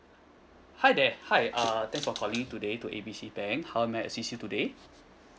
hi there hi uh thanks for calling today to A B C bank how may I assist you today